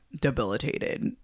debilitated